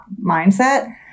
mindset